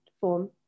form